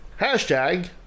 hashtag